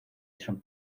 mason